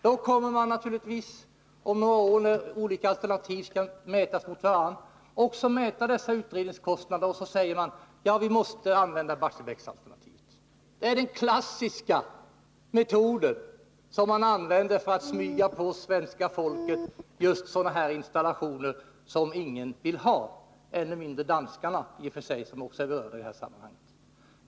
När olika alternativ om några år skall jämföras med varandra kommer man naturligtvis också att mäta dessa utredningskostnader och säga: Vi måste använda Barsebäcksalternativet. Det är den klassiska metoden som man använder för att smyga på svenska folket just sådana installationer som ingen vill ha — och som danskarna, som också är berörda, vill ha i än mindre grad.